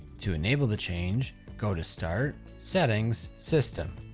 to enable the change go to start, settings, system.